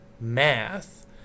math